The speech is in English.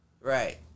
Right